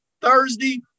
Thursday